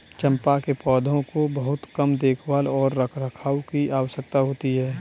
चम्पा के पौधों को बहुत कम देखभाल और रखरखाव की आवश्यकता होती है